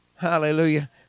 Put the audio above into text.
Hallelujah